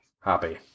happy